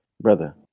brother